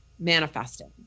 Manifesting